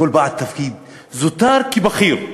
כל בעל תפקיד, זוטר כבכיר,